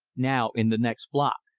now in the next block,